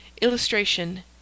Illustration